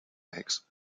aches